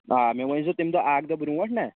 آ مےٚ ؤنۍزیو تَمہِ دۄہ اَکھ دۄہ برٛونٛٹھ نا